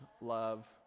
love